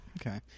Okay